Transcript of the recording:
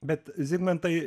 bet zigmantai